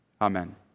Amen